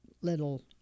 little